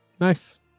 Nice